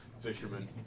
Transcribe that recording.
fishermen